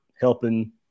helping